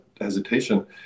hesitation